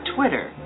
Twitter